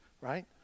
right